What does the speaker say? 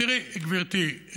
תראי, גברתי,